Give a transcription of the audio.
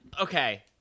okay